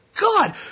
God